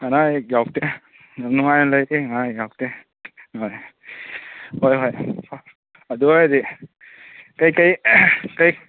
ꯑꯅꯥ ꯑꯌꯦꯛ ꯌꯥꯎꯗꯦ ꯑꯗꯨꯝ ꯅꯨꯡꯉꯥꯥꯏꯅ ꯂꯩꯔꯤ ꯑꯅꯥ ꯑꯌꯦꯛ ꯌꯥꯎꯗꯦ ꯍꯣꯏ ꯍꯣꯏ ꯍꯣꯏ ꯑꯗꯨꯋꯥꯏꯗꯤ ꯀꯩꯀꯩ ꯀꯩ